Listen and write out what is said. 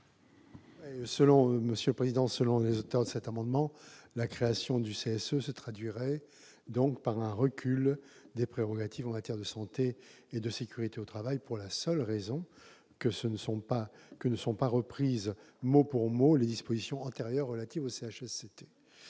commission ? Selon les auteurs de cet amendement, la création du CSE se traduirait par un recul des prérogatives en matière de santé et de sécurité au travail, pour la seule raison que ne sont pas reprises mot pour mot les dispositions antérieures relatives au CHSCT.